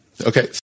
Okay